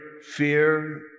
fear